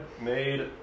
made